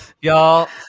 Y'all